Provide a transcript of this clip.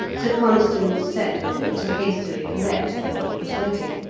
sir constans set men to hastily collect all that was ready,